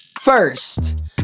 First